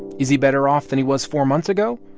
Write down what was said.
is he better off than he was four months ago?